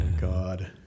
God